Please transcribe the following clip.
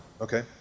okay